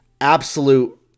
absolute